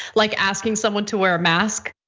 like asking someone to wear a mask?